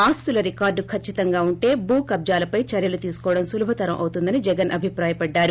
ఆస్తుల రికార్డు కచ్చితంగా ఉంటే భూ కబ్దాలపైన చర్యలు తీసుకోవడం సులభతరం అవుతుందని జగన్ అభిప్రాయపడ్డారు